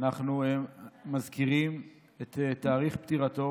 אנחנו מזכירים את תאריך פטירתו